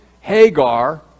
Hagar